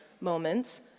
moments